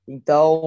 Então